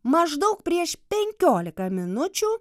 maždaug prieš penkiolika minučių